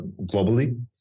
globally